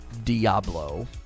Diablo